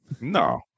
No